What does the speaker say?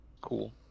Cool